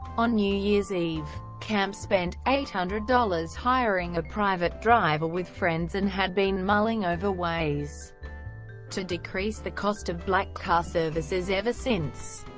on new year's eve, camp spent eight hundred dollars hiring a private driver with friends and had been mulling over ways to decrease the cost of black car services ever since.